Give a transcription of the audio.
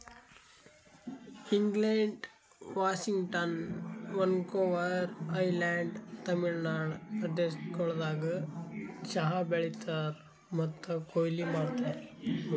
England, Washington, Vancouver island, Tamil Nadu ಪ್ರದೇಶಗೊಳ್ದಾಗ್ ಚಹಾ ಬೆಳೀತಾರ್ ಮತ್ತ ಕೊಯ್ಲಿ ಮಾಡ್ತಾರ್